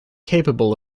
capable